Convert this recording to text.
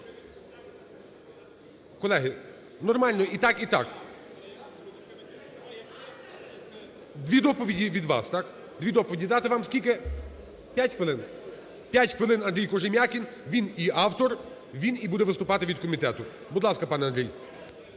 Колеги, нормально і так, і так. Дві доповіді від вас, так. Дві доповіді. Давати вам скільки? 5 хвилин? 5 хвилин, Андрій Кожем'якін. Він і автор, він і буде виступати від комітету. Будь ласка, пане Андрій.